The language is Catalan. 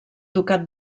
ducat